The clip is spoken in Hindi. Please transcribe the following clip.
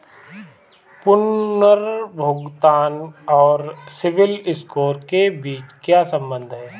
पुनर्भुगतान और सिबिल स्कोर के बीच क्या संबंध है?